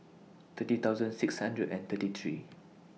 thirty thousand six hundred and thirty three